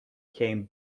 came